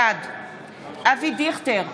בעד אבי דיכטר,